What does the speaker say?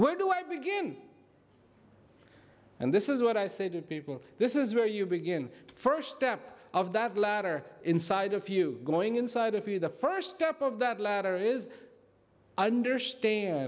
where do i begin and this is what i say to people this is where you begin first step of that ladder inside of you going inside of you the first step of that latter is understand